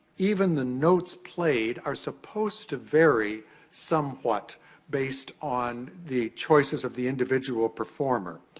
even the notes played are supposed to vary somewhat based on the choices of the individual performer.